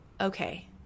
okay